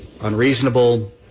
Unreasonable